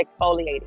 exfoliating